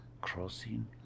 crossing